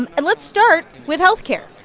and and let's start with health care,